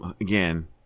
again